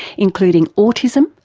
including autism,